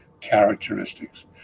characteristics